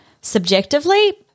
subjectively